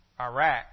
Iraq